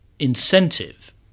incentive